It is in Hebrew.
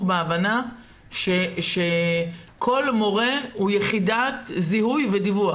והבנה שכל מורה הוא יחידת זיהוי ודיווח.